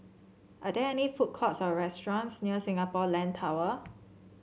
are there any food courts or restaurants near Singapore Land Tower